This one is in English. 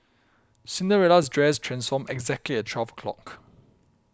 Cinderella's dress transformed exactly at twelve o'clock